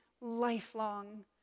lifelong